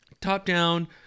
top-down